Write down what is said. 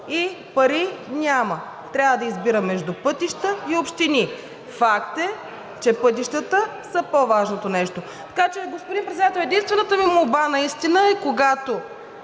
и пари няма. Трябва да избира между пътища и общини. Факт е, че пътищата са по-важното нещо. Така че, господин Председател, единствената ми молба е, когато